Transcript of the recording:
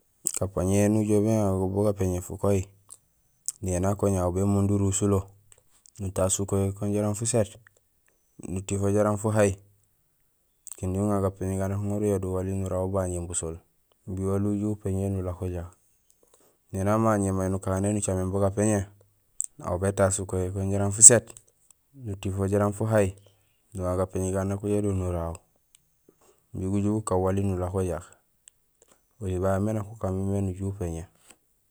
Gapéñé éni ujoow béŋaar go bugapéñé fukowi, néni akoña aw bémundum urusulo, nutaas fukowi kun jaraam fuséét, nutifo jaraam fuhay kinding uŋa gapéñé gagu nak uŋaar uyáh do wali miin uraaw ubañéén busool imbi ali uju upéñé nulako jaak. Néni amañéén may nukané nucaméén bugapéñé, aw bétaas fukowi kun jaraam fuséét, nuti fo jaraam fuhay, nuŋa gapéñé gau nak uyáah do nuraaw imbi guju gukaan gali nulako jaak. Oli babé mé nak ukaan mémé nuju upéñé.